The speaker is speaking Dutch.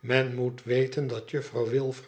men moet weten dat juffrouw wilfer